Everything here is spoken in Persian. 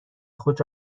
خود